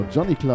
Johnny